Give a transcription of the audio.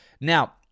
Now